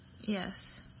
Yes